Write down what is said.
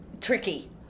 tricky